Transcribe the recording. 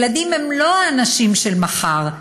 ילדים הם לא האנשים של מחר,